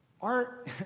Art